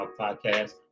podcast